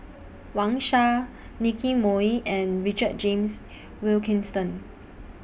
Wang Sha Nicky Moey and Richard James Wilkinson